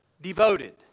devoted